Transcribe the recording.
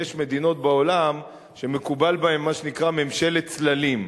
יש מדינות בעולם שמקובל בהן מה שנקרא ממשלת צללים.